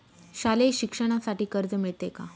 शालेय शिक्षणासाठी कर्ज मिळते का?